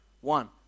One